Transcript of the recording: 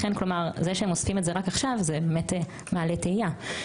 זה באמת מעלה תהייה שהם אוספים את זה רק עכשיו.